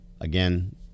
Again